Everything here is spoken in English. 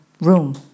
room